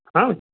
हाँ